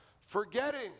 forgetting